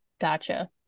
Gotcha